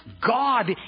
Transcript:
God